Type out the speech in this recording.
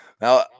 Now